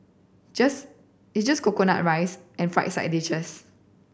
just it's just coconut rice and fried side dishes